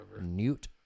Newt